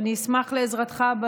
ואשמח לעזרתך,